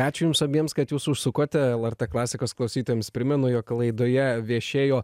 ačiū jums abiems kad jūs užsukote lrt klasikos klausytojams primenu jog laidoje viešėjo